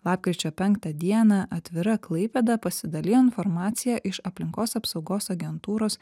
lapkričio penktą dieną atvira klaipėda pasidalijo informacija iš aplinkos apsaugos agentūros